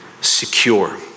secure